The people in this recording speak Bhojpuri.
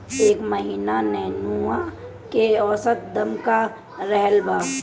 एह महीना नेनुआ के औसत दाम का रहल बा?